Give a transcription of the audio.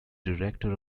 director